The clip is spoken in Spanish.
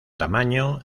tamaño